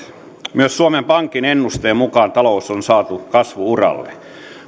myös suomen pankin ennusteen mukaan talous on saatu kasvu uralle